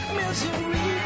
misery